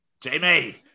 Jamie